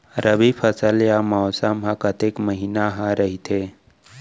रबि फसल या मौसम हा कतेक महिना हा रहिथे?